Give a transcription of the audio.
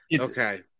Okay